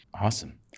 Awesome